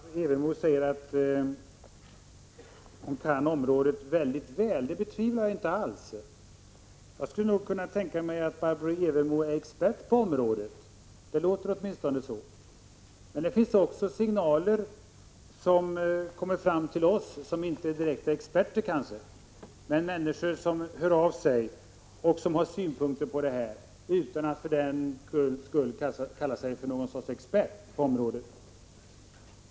Herr talman! Barbro Evermo säger att hon kan detta område mycket väl, och det betvivlar jag inte alls. Jag skulle kunna tänka mig att Barbro Evermo är expert på området. Det låter åtminstone så. Men det kommer fram signaler också till oss som inte direkt är experter. Jag tänker på människor som hör av sig och som har synpunkter på det här utan att för den skull kalla sig för experter på området.